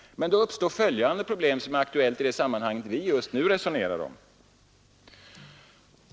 Men då uppstår följande problem, som är aktuellt i det sammanhang vi just nu resonerar om.